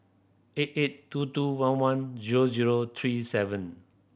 eight eight two two one one zero zero three seven